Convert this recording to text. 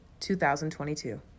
2022